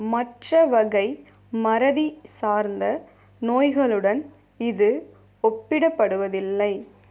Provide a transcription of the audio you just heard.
மற்ற வகை மறதி சார்ந்த நோய்களுடன் இது ஒப்பிடப்படுவதில்லை